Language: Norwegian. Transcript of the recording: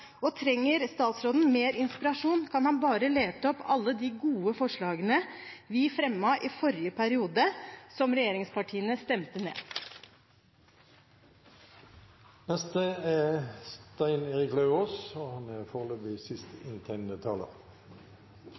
Trenger statsråden mer inspirasjon, kan han bare lete opp alle de gode forslagene vi fremmet i forrige periode, som regjeringspartiene stemte ned. Dobbeltkommunikasjonen slår ut i full blomst i Stortinget. Regjeringen – Fremskrittspartiet, Høyre og